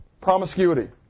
promiscuity